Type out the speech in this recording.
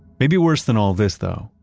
maybe worse than all of this though,